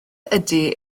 ydy